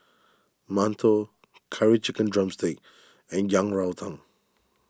Mantou Curry Chicken Drumstick and Yang Rou Tang